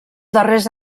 darrers